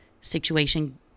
situation